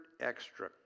extra